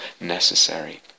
necessary